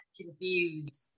confused